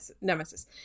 nemesis